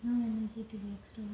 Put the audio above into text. no energy to be extroverted